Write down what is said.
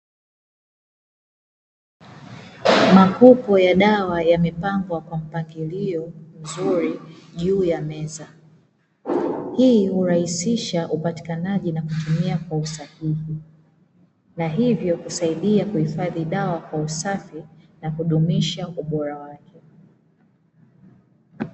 Makopo ya dawa yamepangwa kwa mpangilio mzuri juu ya meza, hii kuraisisha upatikanaji na kutumia kwa usahihi na hivyo kusaidia kuhifadhi dawa kwa usafi na kudumisha ubora wake.